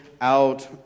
out